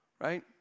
right